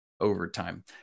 overtime